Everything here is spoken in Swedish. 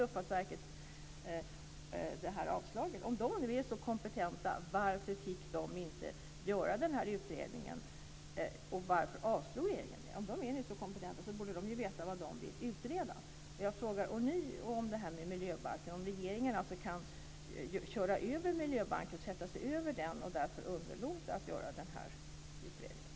Luftfartsverket nu är så kompetent - varför fick verket inte göra utredningen? Varför avslog regeringen det? Verket borde ju veta vad det vill utreda om det nu är så kompetent. Jag frågar ånyo om det här med miljöbalken. Kan regeringen köra över miljöbalken, sätta sig över den och därmed underlåta att göra den här utredningen?